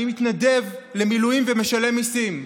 אני מתנדב למילואים ומשלם מיסים.